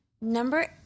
Number